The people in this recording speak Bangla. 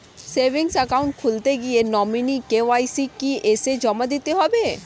সেভিংস একাউন্ট খুলতে গিয়ে নমিনি কে.ওয়াই.সি কি এসে জমা দিতে হবে?